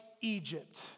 Egypt